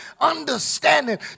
understanding